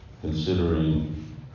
considering